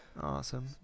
Awesome